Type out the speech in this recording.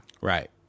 Right